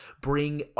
Bring